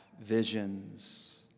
visions